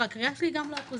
הקריאה שלי היא גם לאופוזיציה.